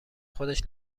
خودش